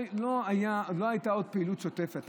לא הייתה עוד פעילות שוטפת.